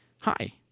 Hi